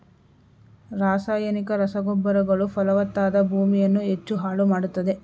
ರಾಸಾಯನಿಕ ರಸಗೊಬ್ಬರಗಳು ಫಲವತ್ತಾದ ಭೂಮಿಯನ್ನು ಹೆಚ್ಚು ಹಾಳು ಮಾಡತ್ತದೆ